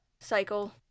cycle